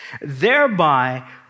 thereby